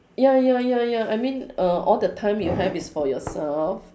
ya ya ya ya I mean err all the time you have is for yourself